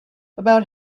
about